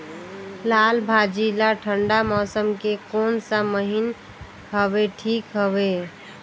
लालभाजी ला ठंडा मौसम के कोन सा महीन हवे ठीक हवे?